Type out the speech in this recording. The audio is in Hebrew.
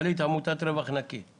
מנכ"לית עמותת רווח נקי.